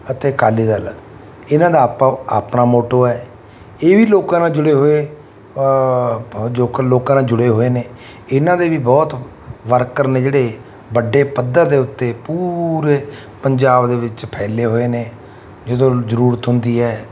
ਅਤੇ ਅਕਾਲੀ ਦਲ ਇਹਨਾਂ ਦਾ ਆਪੋ ਆਪਣਾ ਮੋਟੋ ਹੈ ਇਹ ਵੀ ਲੋਕਾਂ ਨਾਲ ਜੁੜੇ ਹੋਏ ਬਹੁਤ ਜੋ ਕ ਲੋਕਾਂ ਨਾਲ ਜੁੜੇ ਹੋਏ ਨੇ ਇਹਨਾਂ ਦੇ ਵੀ ਬਹੁਤ ਵਰਕਰ ਨੇ ਜਿਹੜੇ ਵੱਡੇ ਪੱਧਰ ਦੇ ਉੱਤੇ ਪੂਰੇ ਪੰਜਾਬ ਦੇ ਵਿੱਚ ਫੈਲੇ ਹੋਏ ਨੇ ਜਦੋਂ ਜ਼ਰੂਰਤ ਹੁੰਦੀ ਹੈ